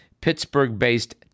Pittsburgh-based